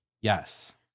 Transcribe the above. Yes